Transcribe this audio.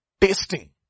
Tasting